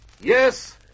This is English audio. Yes